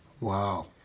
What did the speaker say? Wow